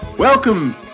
Welcome